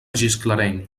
gisclareny